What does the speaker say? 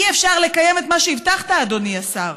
אי-אפשר לקיים את מה שהבטחת, אדוני השר.